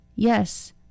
Yes